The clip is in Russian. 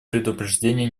предупреждения